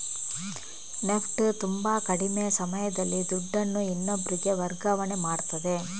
NEFT ತುಂಬಾ ಕಡಿಮೆ ಸಮಯದಲ್ಲಿ ದುಡ್ಡನ್ನು ಇನ್ನೊಬ್ರಿಗೆ ವರ್ಗಾವಣೆ ಮಾಡ್ತದೆ